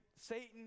Satan